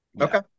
Okay